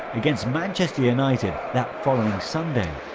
against manchester united, that following sunday.